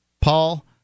Paul